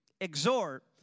exhort